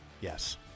Yes